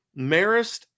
Marist